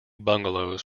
bungalows